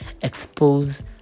expose